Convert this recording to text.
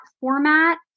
format